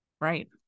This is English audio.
Right